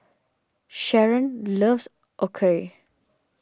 Sherron loves Okayu